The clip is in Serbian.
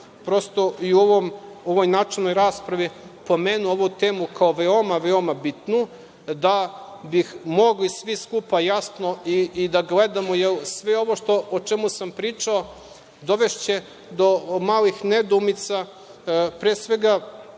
prosto i u ovoj načelnoj raspravi pomenuo ovu temu kao veoma, veoma bitnu, da bi mogli svi skupa jasno da gledamo, jer sve ovo o čemu sam pričao dovešće do malihnedoumica, pre svega